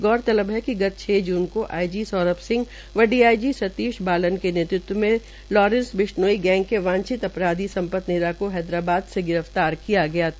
गौरतलब है कि गत छ जून को आई जी सौरभ सिंह व डीआईजी सतीश बालन के नेतृत्व में लॉरेंस बिश्नोई मैंग के वांछित अपराधी संपत नेहरा को हैदराबाद से गिरफ्तार किया गया था